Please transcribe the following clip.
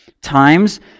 times